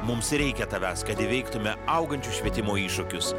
mums reikia tavęs kad įveiktume augančius švietimo iššūkius